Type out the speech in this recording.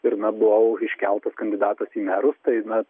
ir na buvau iškeltas kandidatas į merus tai na